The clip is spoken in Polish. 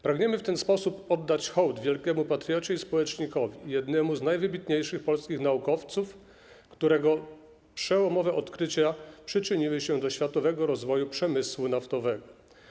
Pragniemy w ten sposób oddać hołd wielkiemu patriocie i społecznikowi, jednemu z najwybitniejszych polskich naukowców, którego przełomowe odkrycia przyczyniły się do światowego rozwoju przemysłu naftowego.